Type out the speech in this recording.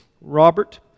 Robert